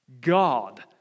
God